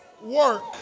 work